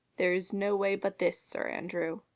there is no way but this, sir andrew.